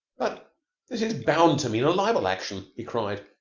but this is bound to mean a libel action! he cried.